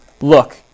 Look